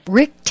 rick